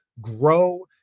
grow